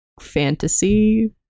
fantasy